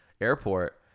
airport